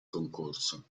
concorso